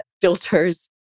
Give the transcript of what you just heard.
filters